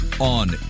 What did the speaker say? on